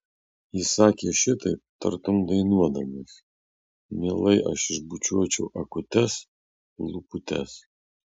jis sakė šitaip tartum dainuodamas mielai aš išbučiuočiau akutes lūputes